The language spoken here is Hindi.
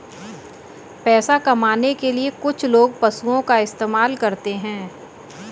पैसा कमाने के लिए कुछ लोग पशुओं का इस्तेमाल करते हैं